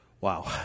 Wow